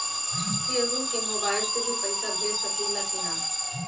केहू के मोवाईल से भी पैसा भेज सकीला की ना?